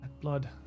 blood